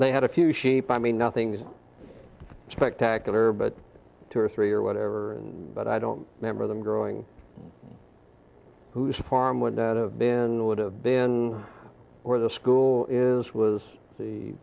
they had a few sheep i mean nothing spectacular but two or three or whatever but i don't remember them growing whose farm would that have been would have been where the school is was the